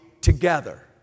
together